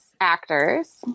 actors